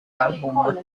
album